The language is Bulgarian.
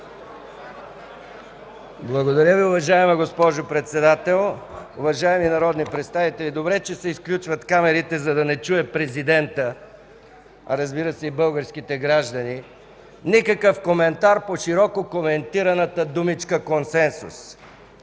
Благодаря Ви, уважаема госпожо Председател. Уважаеми народни представители, добре че се изключват камерите, за да не чуе президентът, разбира се, и българските граждани – никакъв коментар по широко коментираната думичка „консенсус”.